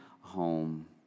home